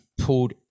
pulled